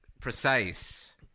precise